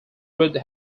wood